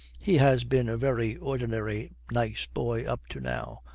he has been a very ordinary nice boy up to now,